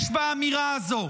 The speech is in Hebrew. יש באמירה הזה,